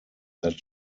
that